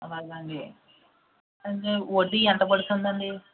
అలాగ అండి అంటే వడ్డీ ఎంత పడుతుందండి